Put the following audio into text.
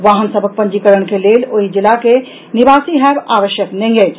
वाहन सभक पंजीकरण के लेल ओहि जिला के निवासी होयब आवश्यक नहि अछि